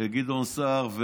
גדעון סער,